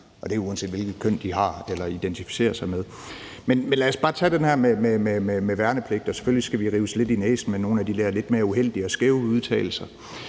og det er, uanset hvilket køn de har eller identificerer sig med. Men lad os bare den her med værnepligten. Selvfølgelig skal vi rives nogle af de der lidt mere uheldige og skæve udtalelser